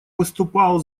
выступал